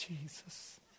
Jesus